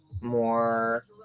More